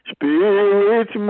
Spirit